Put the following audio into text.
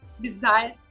desire